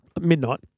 midnight